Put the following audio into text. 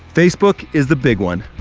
facebook is the big one.